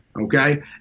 okay